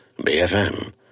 BFM